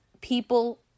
people